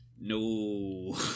No